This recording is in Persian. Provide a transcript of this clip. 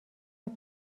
فکر